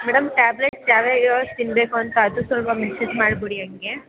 madam tablets ಯಾವಾಗ ಯಾವಾಗ ತಿನ್ಬೇಕು ಅಂತ ಅದು ಸ್ವಲ್ಪ ಮೆಸೇಜ್ ಮಾಡ್ಬಿಡಿ ಹಂಗೆ